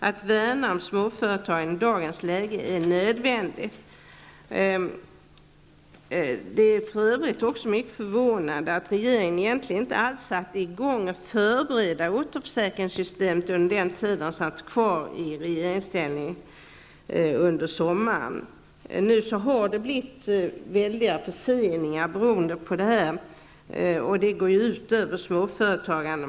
Att värna om småföretagen i dagens läge är nödvändigt. Och det är för övrigt mycket förvånande att den förra regeringen under sommaren inte alls satte i gång att förbereda återförsäkringssystemet under den tid som den satt kvar i regeringsställning. Nu har det blivit stora förseningar beroende på detta, vilket går ut över småföretagarna.